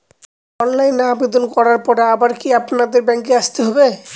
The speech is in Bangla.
অনলাইনে আবেদন করার পরে আবার কি আপনাদের ব্যাঙ্কে আসতে হবে?